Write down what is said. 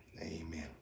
Amen